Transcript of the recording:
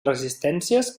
resistències